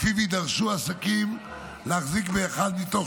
שלפיו יידרשו עסקים להחזיק באחד מתוך